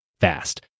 fast